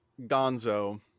Gonzo